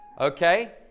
okay